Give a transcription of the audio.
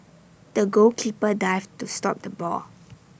the goalkeeper dived to stop the ball